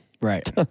Right